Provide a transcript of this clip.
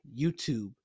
YouTube